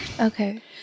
Okay